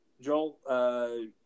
Joel